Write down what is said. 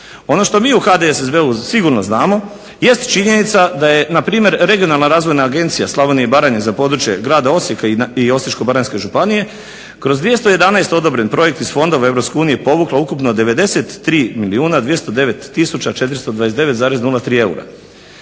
Ono što mi u HDSSB-u sigurno znamo jest činjenica da je npr. Regionalna razvojna agencija Slavonije i Baranje za područje grada Osijeka i Osječko-baranjske županije kroz 211 odobren projekt iz fondova EU povukla ukupno 93 milijuna